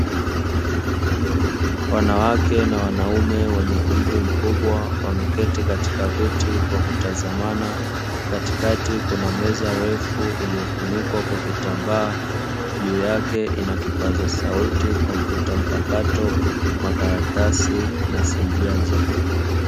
Wanawake na wanaume wenye umri mkubwa wameketi katika viti kwa kutazamana, katikati kuna meza refu iliyofunikwa kwa: kitambaa, juu yake ina kipaza sauti, kompyuta mpakato, makaratasi na simu janja.